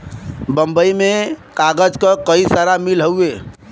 बम्बई में कागज क कई सारा मिल हउवे